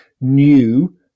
new